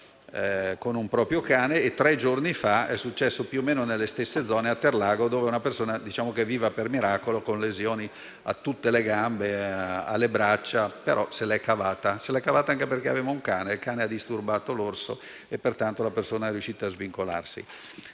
con il proprio cane; tre giorni fa è successo più o meno nelle stesse zone, a Terlago, dove una persona è viva per miracolo, con lesioni alle gambe e alle braccia, ma se l'è cavata perché aveva un cane, che ha disturbato l'orso e pertanto la persona è riuscita a svincolarsi.